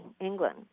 England